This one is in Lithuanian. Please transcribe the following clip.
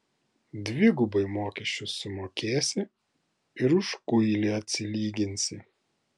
dvigubai mokesčius sumokėsi ir už kuilį atsilyginsi